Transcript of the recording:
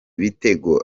bitego